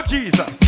Jesus